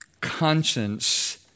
conscience